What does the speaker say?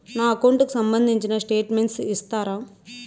నా అకౌంట్ కు సంబంధించిన స్టేట్మెంట్స్ ఇస్తారా